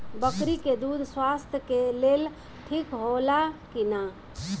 बकरी के दूध स्वास्थ्य के लेल ठीक होला कि ना?